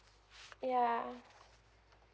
ya